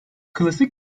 klasik